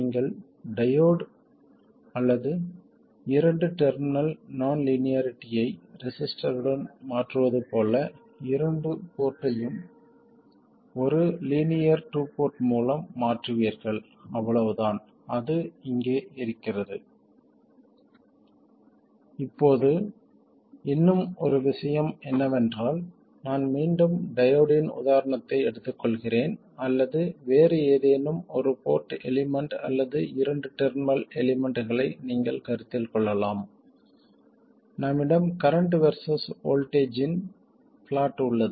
நீங்கள் டையோடு அல்லது இரண்டு டெர்மினல் நான் லீனியாரிட்டியை ரெசிஸ்டருடன் மாற்றுவது போல இரண்டு போர்ட்டையும் ஒரு லீனியர் டூ போர்ட் மூலம் மாற்றுவீர்கள் அவ்வளவுதான் அது அங்கே இருக்கிறது இப்போது இன்னும் ஒரு விஷயம் என்னவென்றால் நான் மீண்டும் டையோடின் உதாரணத்தை எடுத்துக்கொள்கிறேன் அல்லது வேறு ஏதேனும் ஒரு போர்ட் எலிமெண்ட் அல்லது இரண்டு டெர்மினல் எலிமெண்ட்களை நீங்கள் கருத்தில் கொள்ளலாம் நம்மிடம் கரண்ட் வெர்சஸ் வோல்ட்டேஜ்ஜின் பிளாட் உள்ளது